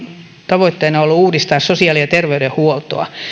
tavoitteena ollut uudistaa sosiaali ja terveydenhuoltoa